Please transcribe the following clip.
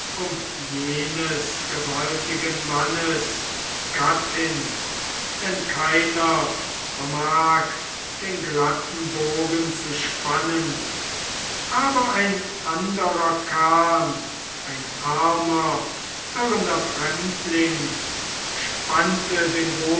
um jenes gewaltigen mannes gattin denn keiner vermag den glatten bogen zu spannen aber ein anderer kam ein armer irrender fremdling spannte den